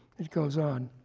it goes on